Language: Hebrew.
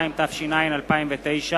6),